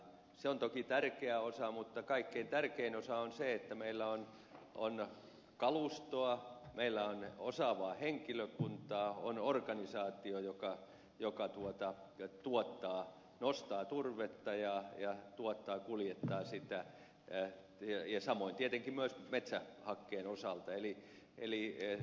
se on toki tärkeä osa mutta kaikkein tärkein osa on se että meillä on kalustoa meillä on osaavaa henkilökuntaa on organisaatio joka nostaa turvetta ja tuottaa kuljettaa sitä ja samoin tietenkin on myös metsähakkeen osalta